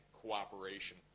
cooperation